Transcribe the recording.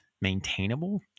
maintainable